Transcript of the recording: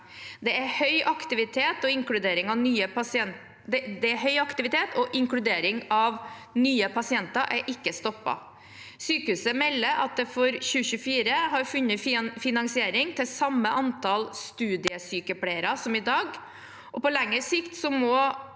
Det er høy aktivitet, og inkludering av nye pasienter er ikke stoppet. Sykehuset melder at det for 2024 har funnet finansiering til samme antall studiesykepleiere som i dag. På lengre sikt må